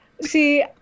See